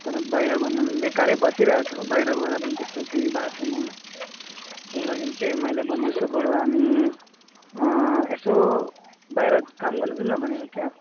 तर बाहिर भन्नाले नि बेकारै बसिरहेको छु बाहिर गएर पनि त्यस्तो केही भएको छैन त्यही लागि चाहिँ मैले भन्दैछु बरू हामी यसो बाहिर काम गर्नु जाऊँ न भनेको क्या